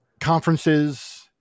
conferences